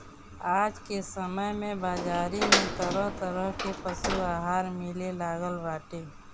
आज के समय में बाजारी में तरह तरह के पशु आहार मिले लागल बाटे